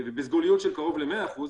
בסגוליות של קרוב ל-100%,